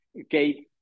Okay